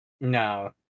No